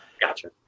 Gotcha